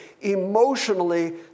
Emotionally